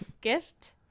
gift